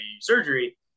surgery